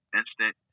instant